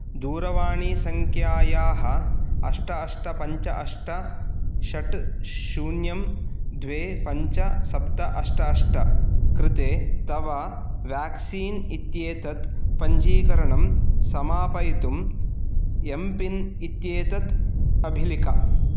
दूरवाणीसङ्ख्यायाः अष्ट अष्ट पञ्च अष्ट षट् शून्यं द्वे पञ्च सप्त अष्ट अष्ट कृते तव व्याक्सीन् इत्येतत् पञ्जीकरणं समापयितुम् एम्पिन् इत्येतत् अभिलिख